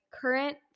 current